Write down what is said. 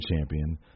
champion